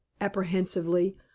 apprehensively